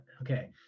Okay